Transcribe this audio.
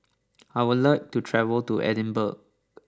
I would love to travel to Edinburgh